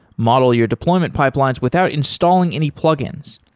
model your deployment pipelines without installing any plug-ins.